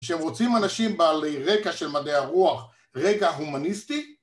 כשהם רוצים אנשים בעלי רקע של מדעי הרוח, רקע הומניסטי